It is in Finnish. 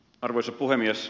arvoisa puhemies